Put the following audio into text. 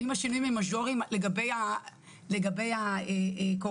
ואם השינויים הם מז'וריים לגבי הקורונה,